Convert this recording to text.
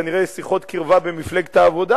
כנראה יש שיחות קרבה במפלגת העבודה.